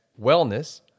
wellness